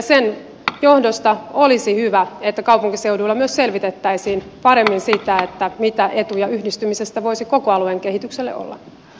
sen johdosta olisi hyvä että kaupunkiseuduilla myös selvitettäisiin paremmin sitä mitä etuja yhdistymisestä voisi koko alueen kehitykselle olla